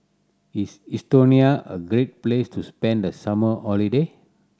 is Estonia a great place to spend the summer holiday